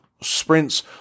sprints